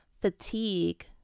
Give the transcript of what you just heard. fatigue